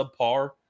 subpar